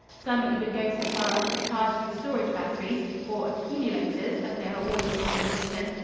some even go so far as to charge the storage batteries or accumulators, as they are always called in britain,